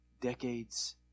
decades